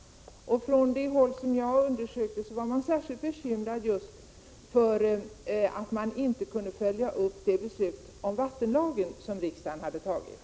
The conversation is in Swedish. Från det håll jag undersökte var man särskilt bekymrad över just det förhållandet att man inte kunde följa upp det beslut om vattenlagen som riksdagen hade fattat.